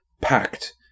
packed